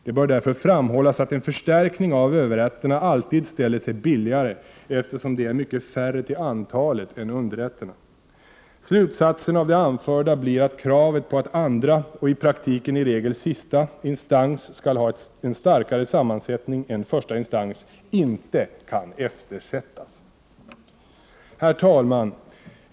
Det bör därför framhållas att en förstärkning av överrätterna alltid ställer sig billigare eftersom de är mycket färre till antalet än underrätterna. Slutsatsen av det anförda blir att kravet på att andra instans skall ha en starkare sammansättning än första instans inte kan eftersättas.” Herr talman!